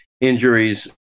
injuries